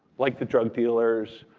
like the drug dealers,